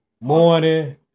Morning